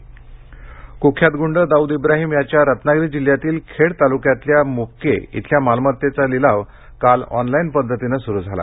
दाउद इब्राहीम क्ख्यात ग्रंड दाउद इब्राहीम याच्या रत्नागिरी जिल्ह्यातील खेड तालुक्यातल्या मुबके इथल्या मालमत्तेचा लिलाव काल ऑनलाईन पद्धतीनं सुरू झाला